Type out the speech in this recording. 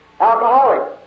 alcoholic